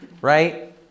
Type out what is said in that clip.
right